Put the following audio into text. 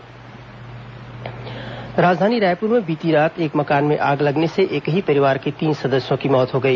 अग्निकांड मौत राजधानी रायपुर में बीती रात एक मकान में आग लगने से एक ही परिवार के तीन सदस्यों की मौत हो गई